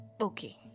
Okay